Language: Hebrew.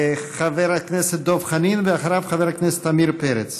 חבר הכנסת דב חנין, ואחריו, חבר הכנסת עמיר פרץ.